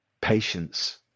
patience